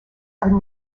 are